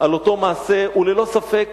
על אותו מעשה, הוא ללא ספק